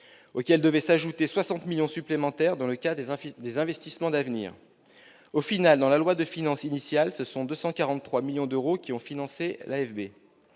l'eau. Devaient s'y ajouter 60 millions supplémentaires dans le cadre des investissements d'avenir. Au final, dans la loi de finances initiale, ce sont 243 millions d'euros qui ont financé l'AFB.